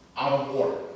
out-of-order